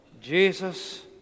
Jesus